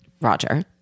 Roger